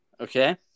okay